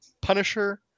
Punisher